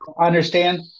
understand